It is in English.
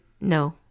no